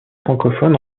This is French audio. francophones